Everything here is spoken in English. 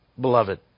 beloved